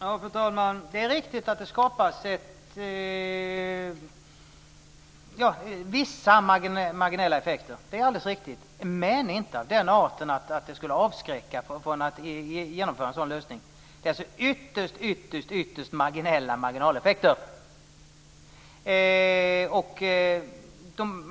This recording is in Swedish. Fru talman! Det är alldeles riktigt att det skapas vissa marginella effekter. Men de är inte av den arten att de skulle avskräcka från att genomföra en sådan lösning. Det handlar alltså om ytterst marginella marginaleffekter.